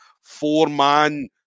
Four-man